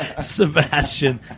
Sebastian